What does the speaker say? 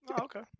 okay